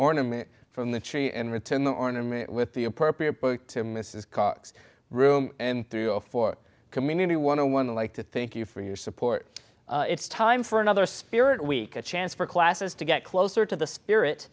ornament from the tree and return the ornament with the appropriate book to mrs cox room and through a four community want to one like to thank you for your support it's time for another spirit week a chance for classes to get closer to the spirit